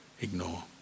ignore